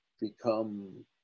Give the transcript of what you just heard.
become